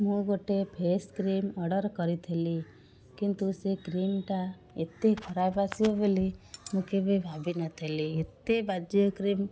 ମୁଁ ଗୋଟେ face cream order କରିଥିଲି କିନ୍ତୁ ସେ କ୍ରିମ୍ଟା ଏତେ ଖରାପ ଆସିବ ବୋଲି ମୁଁ କେବେ ଭାବିନଥିଲି ଏତେ ବାଜେ କ୍ରିମ୍